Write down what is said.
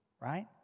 right